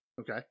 okay